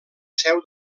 seu